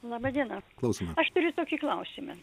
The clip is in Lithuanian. laba diena aš turiu tokį klausimą